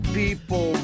people